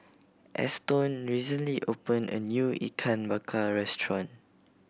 Eston recently opened a new Ikan Bakar restaurant